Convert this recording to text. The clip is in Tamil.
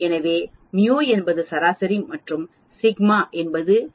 எனவே μ என்பது சராசரி மற்றும் சிக்மா என்பது நிலையான விலகலாகும்